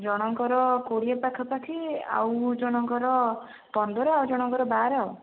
ଜଣଙ୍କର କୋଡ଼ିଏ ପାଖାପାଖି ଆଉ ଜଣଙ୍କର ପନ୍ଦର ଆଉ ଜଣଙ୍କର ବାର ଆଉ